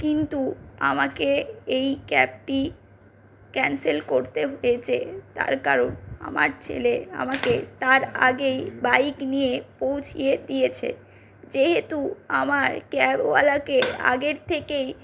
কিন্তু আমাকে এই ক্যাবটি ক্যানসেল করতে হয়েছে তার কারণ আমার ছেলে আমাকে তার আগেই বাইক নিয়ে পৌঁছিয়ে দিয়েছে যেহেতু আমার ক্যাবওয়ালাকে আগের থেকেই